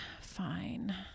fine